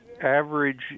Average